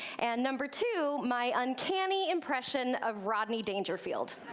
and number two, my uncanny impression of rodney dangerfield.